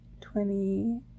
Twenty